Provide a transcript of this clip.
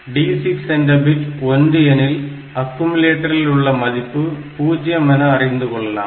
D6 என்ற bit 1 எனில் accumulator உள்ள மதிப்பு 0 என அறிந்து கொள்ளலாம்